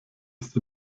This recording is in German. ist